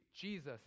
jesus